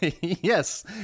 Yes